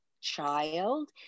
Child